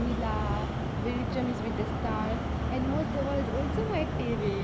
lah வெளிச்சம்:velicham is with the style and most of all also my பேரு:peru